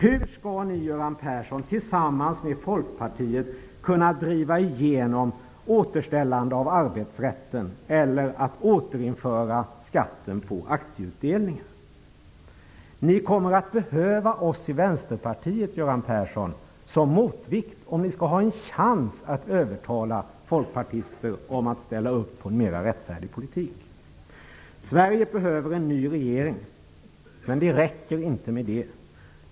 Hur skall ni, Göran Persson, tillsammans med Folkpartiet kunna driva igenom ett återställande av arbetsrätten eller återinföra skatten på aktieutdelningar? Ni kommer att behöva oss i Vänsterpartiet som motvikt, om ni skall ha en chans att övertala folkpartister att ställa upp på en mera rättfärdig politik. Sverige behöver en ny regering. Men det räcker inte.